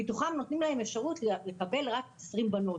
ומתוכן נותנים להם אפשרות לקבל רק 20 בנות.